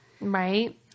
Right